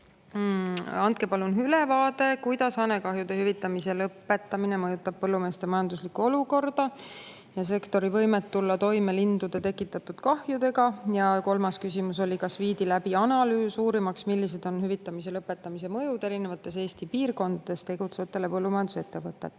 "Andke palun ülevaade sellest, kuidas hanekahjude hüvitamise lõpetamine mõjutab põllumeeste majanduslikku olukorda ja sektori võimet tulla toime lindude tekitatud kahjudega." Ja kolmas küsimus on: "Kas viidi läbi analüüs uurimaks, millised on hüvitamise lõpetamise mõjud erinevates Eesti piirkondades tegutsevatele põllumajandus[ettevõtetele]?"